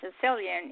Sicilian